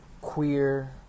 queer